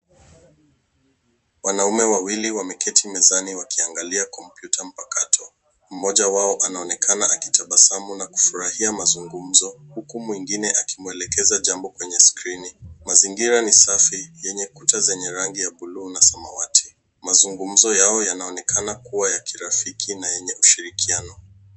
Wanaume wawili wmameketi mezani wakiangalia kompyuta mpakato. Mmoja wao anaonekana akitabasamu na kufurahia mazungumzo huku mwengine akimwelekeza jambo kwenye skrini. Mazingira ni safi yenye kuta senye rangi ya buluu na samawati. Mazungumzo yao yanaonekana kuwa ya kirafiki na yenye ushirikiano.